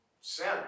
Sin